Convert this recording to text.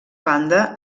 banda